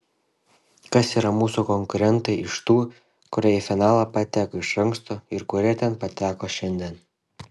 kas yra mūsų konkurentai iš tų kurie į finalą pateko iš anksto ir kurie ten pateko šiandien